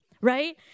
right